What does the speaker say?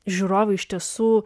žiūrovai iš tiesų